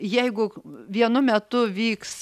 jeiguk vienu metu vyks